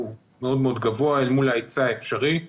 הוא מאוד מאוד גבוה אל מול ההיצע האפשרי.